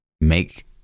make